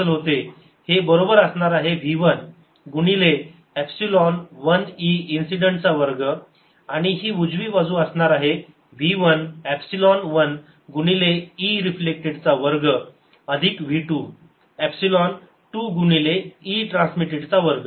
हे बरोबर असणार आहे v 1 गुणिले एपसिलोन 1 e इन्सिडेंट चा वर्ग आणि ही उजवी बाजू असणार आहे v 1 एपसिलोन 1 गुणिले e रिफ्लेक्टेड चा वर्ग अधिक v 2 एपसिलोन 2 गुणिले e ट्रान्समिटेड चा वर्ग